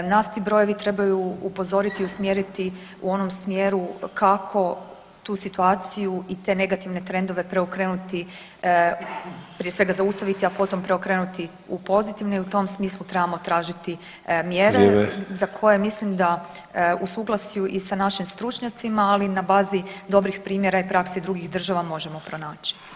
Nas ti brojevi trebaju upozoriti, usmjeriti u onom smjeru kako tu situaciju i te negativne trendove preokrenuti, prije svega zaustaviti, a potom preokrenuti u pozitivne i u tom smislu trebamo tražiti mjere [[Upadica: Vrijeme.]] za koje mislim da u suglasju i sa našim stručnjacima ali i na bazi dobrih primjera i praksi drugih država možemo pronaći.